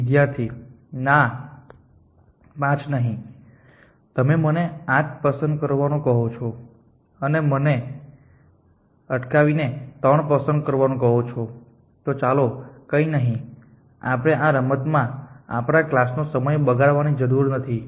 વિદ્યાર્થી ના 5 નહીં તમે મને 8 પસંદ કરવાનું કહો છો અને પછી મને અટકાવી ને 3 પસંદ કરવાનું કહો છો ચાલો કંઈ નહિ આપણે આ રમત માં આપણા ક્લાસનો સમય બગાડવાની જરૂર નથી